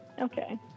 Okay